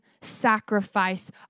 sacrifice